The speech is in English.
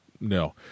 No